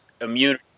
immune